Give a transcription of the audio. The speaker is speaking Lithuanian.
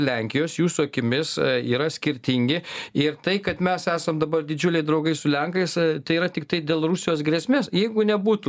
lenkijos jūsų akimis yra skirtingi ir tai kad mes esam dabar didžiuliai draugai su lenkais tai yra tiktai dėl rusijos grėsmės jeigu nebūtų